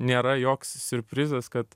nėra joks siurprizas kad